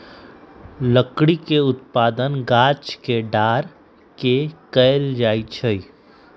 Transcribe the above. लकड़ी के उत्पादन गाछ के डार के कएल जाइ छइ